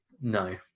No